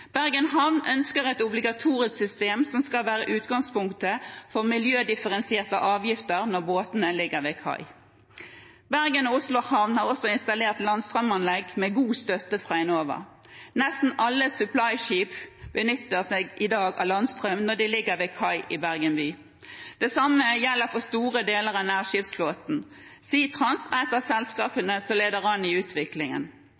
Bergen Havn ønsker et obligatorisk system som skal være utgangspunkt for miljødifferensierte avgifter når båtene ligger ved kai. Bergen Havn og Oslo Havn har også installert landstrømanlegg med god støtte fra Enova. Nesten alle supplyskip benytter seg i dag av landstrøm når de ligger ved kai i Bergen by. Det samme gjelder for store deler av nærskipsflåten. Seatrans er et av